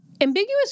Ambiguous